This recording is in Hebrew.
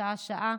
שעה-שעה,